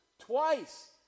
twice